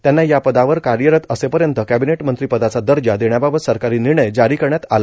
त्यांना या पदावर कार्यरत असेपर्यंत कॅबिनेट मंत्री पदाचा दर्जा देण्याबाबत सरकारी निर्णय जारी करण्यात आला